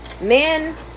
men